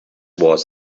was